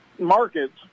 markets